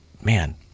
man